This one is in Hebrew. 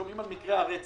שומעים על מקרי הרצח.